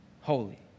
holy